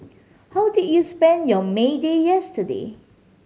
how did you spend your May Day yesterday